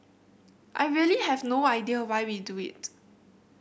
I really have no idea why we do it